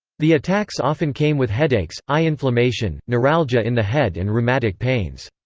the attacks often came with headaches, eye inflammation, neuralgia in the head and rheumatic pains.